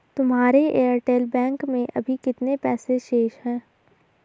तुम्हारे Airtel bank में अभी कितने पैसे शेष हैं?